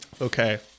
Okay